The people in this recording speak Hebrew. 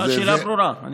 השאלה ברורה.